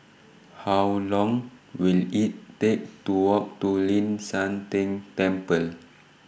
How Long Will IT Take to Walk to Ling San Teng Temple